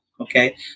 Okay